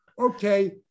Okay